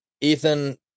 Ethan